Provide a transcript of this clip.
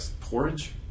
porridge